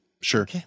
Sure